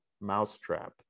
mousetrap